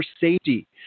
safety